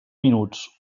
minuts